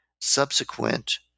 subsequent